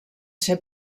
ser